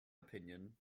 opinion